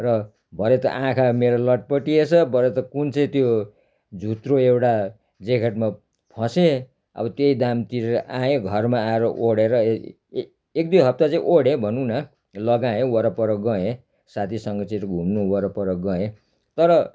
र भरे त आँखा मेरो लट्पटिएछ भरे त कुन चाहिँ त्यो झुत्रो एउटा ज्याकेटमा फसेँ अब त्यही दाम तिरेर आएँ घरमा आएर ओडेर ए एक दुई हप्ता चाहिँ ओडेँ भनुँ न लगाएँ वरपर गएँ साथी सङ्गतिहरू घुम्नु वरपर गएँ तर